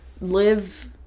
live